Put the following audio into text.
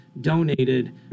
donated